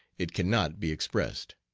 it can not be expressed.